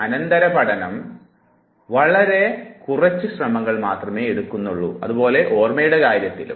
അനന്തര പഠനം വളരെ കുറച്ച് ശ്രമങ്ങൾ മാത്രമേ എടുക്കുന്നുള്ളൂ അതുപോലെയാണ് ഓർമ്മയുടെ കാര്യത്തിലും